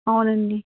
అవునండి